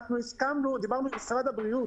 דיברנו עם משרד הבריאות